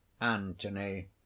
Antony